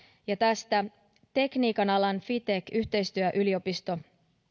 tästä tekniikan alan fitech yhteistyöyliopisto